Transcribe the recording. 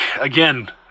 again